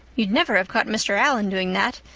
you'd never have caught mr. allan doing that.